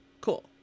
cool